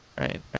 right